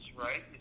right